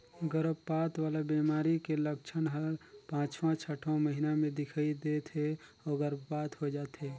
गरभपात वाला बेमारी के लक्छन हर पांचवां छठवां महीना में दिखई दे थे अउ गर्भपात होय जाथे